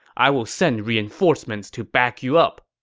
i will send reinforcements to back you up.